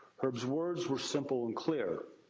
herb's words were simple and clear.